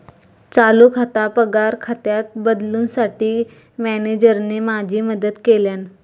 चालू खाता पगार खात्यात बदलूंसाठी मॅनेजरने माझी मदत केल्यानं